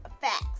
facts